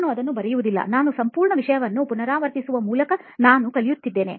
ನಾನು ಅದನ್ನು ಬರೆಯುವುದಿಲ್ಲ ನಾನು ಅದನ್ನು ಸಂಪೂರ್ಣ ವಿಷಯವನ್ನು ಪುನರಾವರ್ತಿಸುವ ಮೂಲಕ ನಾನು ಕಲಿಯುತ್ತಿದ್ದೆ